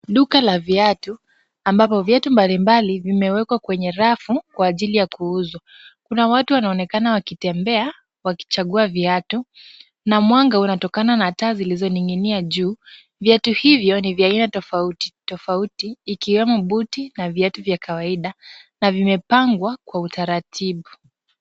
Duka la viatu ambapo viatu mbalimbali vimewekwa kwenye rafu kwa ajili ya kuuzwa. Kuna watu wanaonekana wakitembea wakichagua viatu na mwanga unatokana na taa zilizoning'inia juu. Viatu hivyo ni vya aina tofautitofauti ikiwemo buti na viatu vya kawaida na vimepangwa kwa utaratibu.